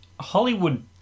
Hollywood